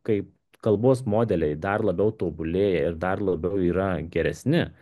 kaip kalbos modeliai dar labiau tobulėja ir dar labiau yra geresni